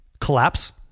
Collapse